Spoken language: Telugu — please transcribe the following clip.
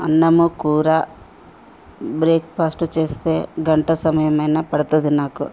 అన్నము కూర బ్రేక్ఫాస్టు చేస్తే గంట సమయమయిన పడుతుంది నాకు